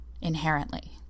inherently